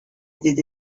did